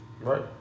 Right